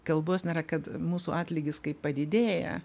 kalbos nėra kad mūsų atlygis kaip padidėja